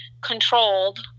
controlled